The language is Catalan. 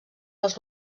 les